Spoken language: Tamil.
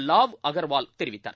லாவ் அகர்வால் தெரிவித்தார்